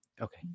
okay